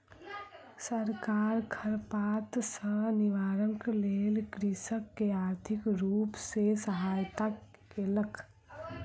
सरकार खरपात सॅ निवारणक लेल कृषक के आर्थिक रूप सॅ सहायता केलक